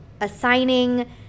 assigning